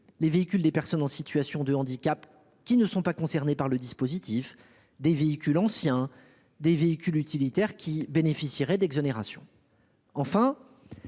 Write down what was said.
les véhicules des personnes en situation de handicap, qui ne sont pas concernés par le dispositif, les véhicules anciens et les véhicules utilitaires qui bénéficieraient d'exonérations. Vous